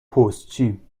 پستچیم